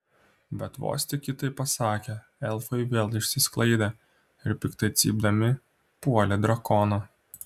bet vos tik ji tai pasakė elfai vėl išsisklaidė ir piktai cypdami puolė drakoną